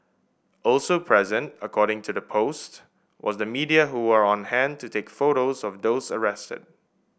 also present according to the post was the media who are on hand to take photos of those arrested